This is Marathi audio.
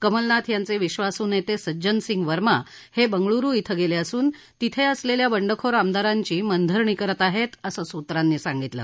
कमलनाथ यांचे विश्वासू नेते सज्जन सिंग वर्मा हे बंगळुरू श्विंगेले असून तिथं असलेल्या बंडखोर आमदारांची मनधरणी करत आहेत असं सूत्रांनी सांगितलं